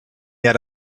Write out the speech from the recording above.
yet